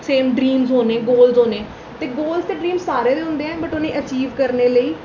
same dream होने goal होने goal ते ड्रीम सारें दे होंदे ऐं बट उ'नें ई ऐचीव करने लेई